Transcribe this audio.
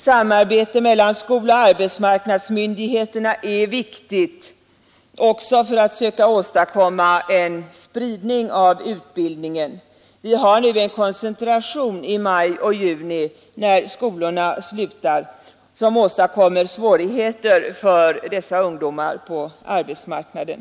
Samarbete mellan skoloch arbetsmarknadsmyndigheterna är viktigt också för att söka åstadkomma en spridning av utbildningen. Vi har nu en koncentration av ungdomar som lämnar skolorna i maj och juni, när skolorna slutar, vilket åstadkommer svårigheter på arbetsmarknaden.